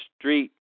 Street